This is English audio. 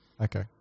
Okay